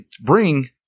bring